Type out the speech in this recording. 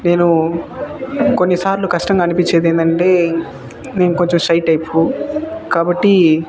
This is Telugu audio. నేను కొన్నిసార్లు కష్టంగా అనిపించేది ఏందంటే నేను కొంచెం షై టైపు కాబట్టి